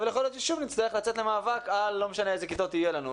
אבל יכול להיות ששוב נצטרך לצאת למאבק על כיתות אחרות.